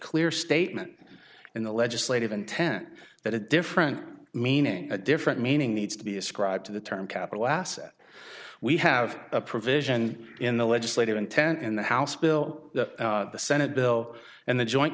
clear statement in the legislative intent that a different meaning a different meaning needs to be ascribed to the term capital asset we have a provision in the legislative intent in the house bill that the senate bill and the joint